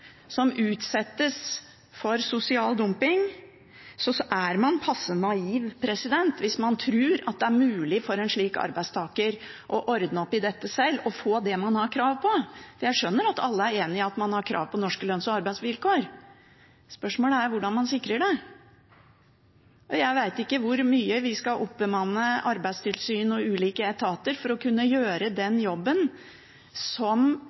som utsettes for sosial dumping, er man passe naiv hvis man tror at det er mulig for en slik arbeidstaker å ordne opp i dette sjøl og få det man har krav på. Jeg skjønner at alle er enig i at man har krav på norske lønns- og arbeidsvilkår. Spørsmålet er hvordan man sikrer det. Jeg vet ikke hvor mye vi skal bemanne arbeidstilsyn og ulike etater for å kunne gjøre den jobben som